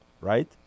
right